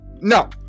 No